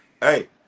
hey